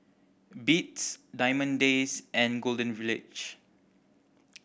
Beats Diamond Days and Golden Village